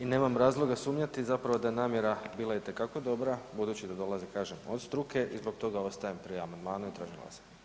i nemam razloga sumnjati zapravo da je namjera bila itekako dobro budući da dolazi kažem, od struke i zbog toga ostajem pri amandmanu i tražim glasanje.